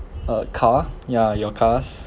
uh car ya your cars